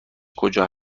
کجا